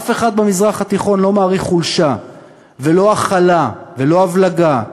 אף אחד במזרח התיכון לא מעריך חולשה ולא הכלה ולא הבלגה.